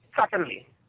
Secondly